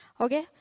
Okay